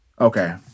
Okay